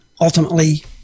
ultimately